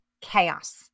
chaos